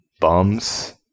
bums